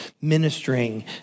ministering